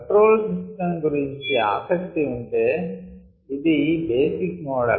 control system గురించి ఆసక్తి ఉంటే ఇది బేసిక్ మోడల్